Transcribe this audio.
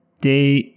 date